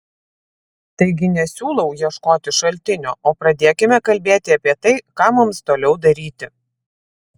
taigi nesiūlau ieškoti šaltinio o pradėkime kalbėti apie tai ką mums toliau daryti